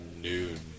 noon